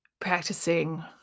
practicing